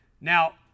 Now